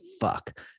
fuck